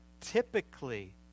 typically